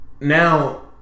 now